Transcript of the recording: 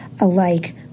alike